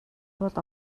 тулд